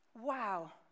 Wow